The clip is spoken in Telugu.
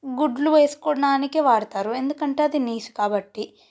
గుడ్లు వేసుకోవడానికి వాడుతారు ఎందుకంటే అది నీసు కాబట్టి